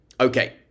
Okay